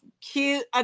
cute